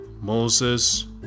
Moses